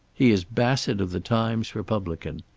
he is bassett of the times-republican.